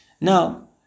now